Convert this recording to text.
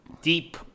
deep